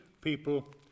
people